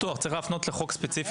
צריך להפנות לחוק ספציפי.